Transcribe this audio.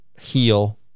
heal